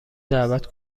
دعوت